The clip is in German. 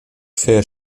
für